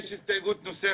יש הסתייגות נוספת,